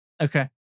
Okay